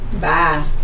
Bye